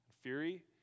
fury